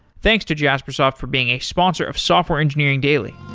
thanks to jaspersoft for being a sponsor of software engineering daily